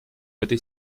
этой